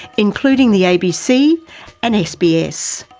including the abc and sbs.